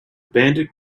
bandit